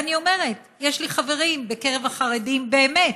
ואני אומרת: יש לי חברים בקרב החרדים באמת,